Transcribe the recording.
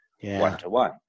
One-to-one